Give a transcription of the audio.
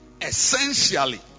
essentially